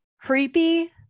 Creepy